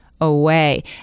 away